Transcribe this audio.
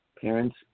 parents